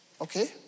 Okay